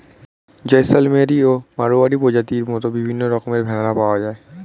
জয়সলমেরি ও মাড়োয়ারি প্রজাতির মত বিভিন্ন রকমের ভেড়া পাওয়া যায়